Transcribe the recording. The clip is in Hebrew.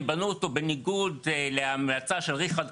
הם בנו אותו בניגוד להמלצה של ריכאלד